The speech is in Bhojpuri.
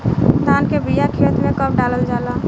धान के बिया खेत में कब डालल जाला?